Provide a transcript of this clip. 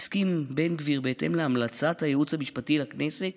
הסכים בן גביר, בהתאם להמלצת הייעוץ המשפטי לכנסת,